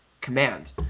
command